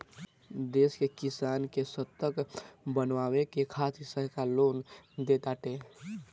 देश के किसान के ससक्त बनावे के खातिरा सरकार लोन देताटे